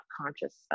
conscious